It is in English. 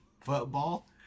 football